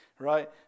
right